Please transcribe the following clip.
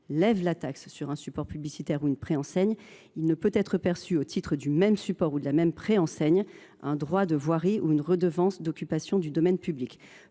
lève la taxe sur un support publicitaire ou une préenseigne, il ne peut être perçu, au titre du même support ou de la même préenseigne, un droit de voirie ou une redevance d’occupation du domaine public